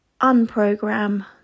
unprogram